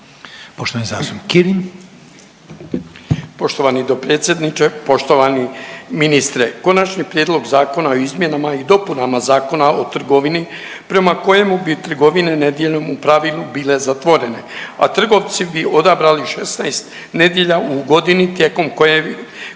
Ivan (HDZ)** Poštovani dopredsjedniče, poštovani ministre, Konačni prijedlog Zakona o izmjenama i dopunama Zakona o trgovini prema kojima bi trgovine nedjeljom u pravilu bile zatvorene, a trgovci bi odabrali 16 nedjelja u godini tijekom kojih bi